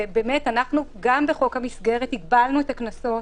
גם בתוך חוק המסגרת הגבלנו את הקנסות,